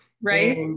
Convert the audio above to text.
Right